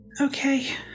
Okay